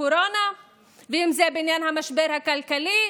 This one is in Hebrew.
הקורונה ואם זה בעניין המשבר הכלכלי.